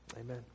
Amen